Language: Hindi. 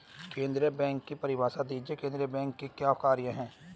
केंद्रीय बैंक की परिभाषा दीजिए केंद्रीय बैंक के क्या कार्य हैं?